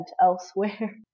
elsewhere